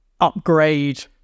upgrade